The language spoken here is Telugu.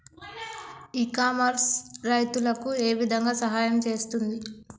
ఇ కామర్స్ రైతులకు ఏ విధంగా సహాయం చేస్తుంది?